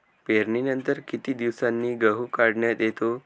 पेरणीनंतर किती दिवसांनी गहू काढण्यात येतो?